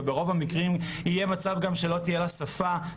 וברוב המקרים יהיה מצב גם שלא תהיה לה שפה,